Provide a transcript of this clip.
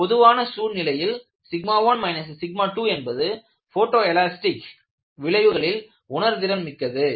ஒரு பொதுவான சூழ்நிலையில் 1 2 என்பது போட்டோ எலாஸ்டிக் விளைவுகளில் உணர் திறன் மிக்கது